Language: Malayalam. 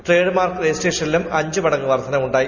ട്രേഡ് മാർക്ക് രജിസ്ട്രേഷനിലും അഞ്ച് മടങ്ങ് വർധനയുണ്ടായി